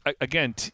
again